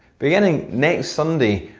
beginning next sunday,